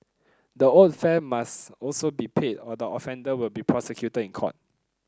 the owed fare must also be paid or the offender will be prosecuted in court